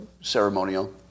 ceremonial